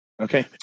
Okay